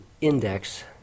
index